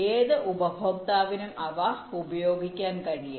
ഏത് ഉപഭോക്താവിനും അവ ഉപയോഗിക്കാൻ കഴിയും